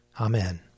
Amen